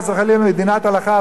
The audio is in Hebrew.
"מדינת הלכה,